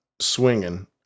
swinging